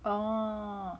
oh